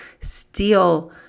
steal